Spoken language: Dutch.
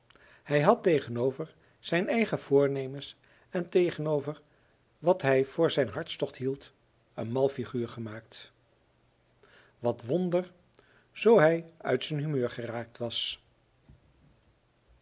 hij had tegenover zijn eigen voornemens en tegenover wat hij voor zijn hartstocht hield een mal figuur gemaakt wat wonder zoo hij uit zijn humeur geraakt was